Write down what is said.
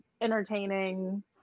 entertaining